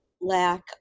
lack